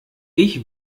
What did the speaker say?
ich